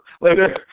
later